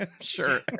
Sure